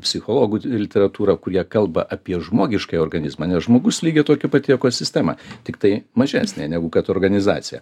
psichologų literatūrą kurioje kalba apie žmogiškąjį organizmą nes žmogus lygiai tokia pati ekosistema tiktai mažesnė negu kad organizacija